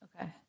Okay